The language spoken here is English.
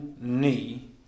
knee